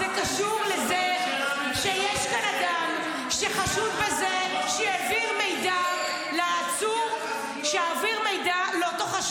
זה קשור לזה שיש כאן אדם שחשוד בזה שהעביר מידע לאותו חשוד,